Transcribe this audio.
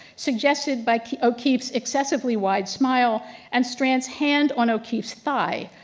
suggested by o'keef's excessively wide smile and strand's hand on o'keef's thigh,